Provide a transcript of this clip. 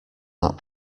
that